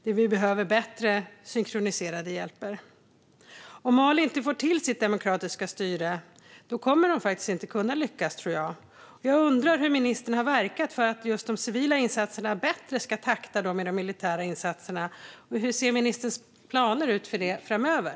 Insatserna måste bli mer synkroniserade. Om Mali inte kan skapa ett demokratiskt styre kan landet inte lyckas. Jag undrar hur ministern har verkat för att just de civila insatserna ska gå i bättre takt med de militära insatserna. Hur ser ministerns planer ut för detta framöver?